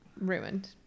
ruined